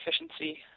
efficiency